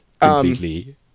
completely